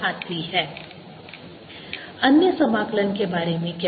ds4π3rsinθcosϕC अन्य समाकलन के बारे में क्या